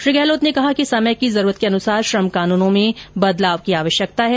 श्री गहलोत ने कहा कि समय की जरूरत के अनुसार श्रम कानूनों में परिवर्तन और सुधार की आवश्यकता है